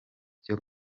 byo